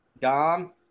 Dom